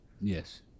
Yes